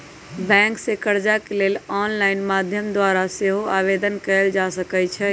bank से कर्जा के लेल ऑनलाइन माध्यम द्वारा सेहो आवेदन कएल जा सकइ छइ